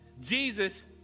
Jesus